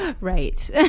right